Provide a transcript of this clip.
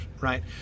right